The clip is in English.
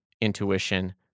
intuition